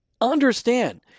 Understand